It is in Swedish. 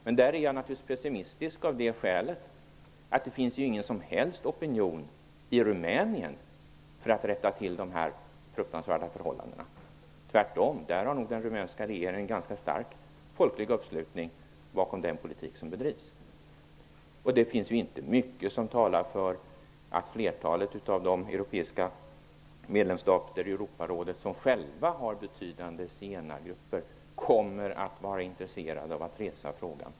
Men där är jag pessimistisk av det skälet att det inte finns någon som helst opinion i Rumänien för att rätta till dessa fruktansvärda förhållanden. Den rumänska regeringen har nog tvärtom en ganska stark folklig uppslutning bakom den politik som bedrivs. Det finns inte mycket som talar för att flertalet av medlemstaterna i Europarådet som själva har betydande zigenargrupper kommer att vara intresserade av att resa frågan.